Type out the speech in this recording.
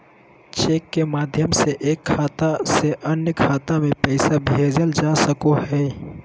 cheque के माध्यम से एक खाता से अन्य खाता में पैसा भेजल जा सको हय